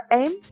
aim